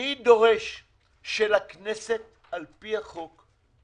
אני דורש שלכנסת, על פי החוק,